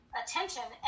attention